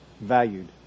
valued